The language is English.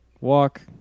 walk